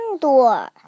door